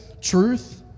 truth